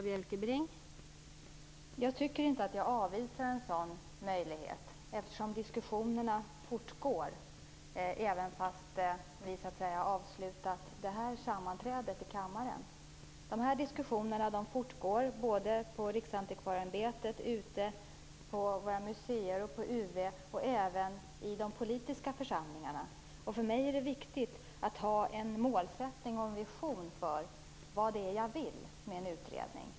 Fru talman! Jag tycker inte att jag avvisar en sådan möjlighet, eftersom diskussionerna fortgår även om vi avslutat det här sammanträdet i kammaren. Dessa diskussioner fortgår på Riksantikvarieämbetet, på våra museer, på UV och även i de politiska församlingarna. För mig är det viktigt att ha en målsättning och en vision för det jag vill med en utredning.